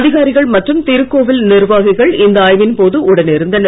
அதிகாரிகள் மற்றும் திருக்கோவில் நிர்வாகிகள் இந்த ஆய்வின்போது உடனிருந்தனர்